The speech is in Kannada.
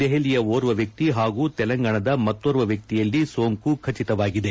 ದೆಹಲಿಯ ಓರ್ವ ವ್ಯಕ್ತಿ ಹಾಗೂ ತೆಲಂಗಾಣದ ಮತ್ತೋರ್ವ ವ್ಯಕ್ತಿಯಲ್ಲಿ ಸೋಂಕು ಖಚಿತವಾಗಿದೆ